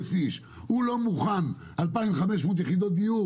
איש הוא לא מוכן שיהיו 2,500 יחידות דיור